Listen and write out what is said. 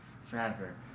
forever